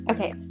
Okay